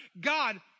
God